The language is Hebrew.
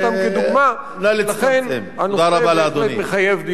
לכן הנושא בהחלט מחייב דיון רציני בוועדת הכלכלה.